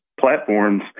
platforms